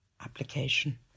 application